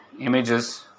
images